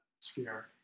sphere